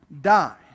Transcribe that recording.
die